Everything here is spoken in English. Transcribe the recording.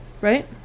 Right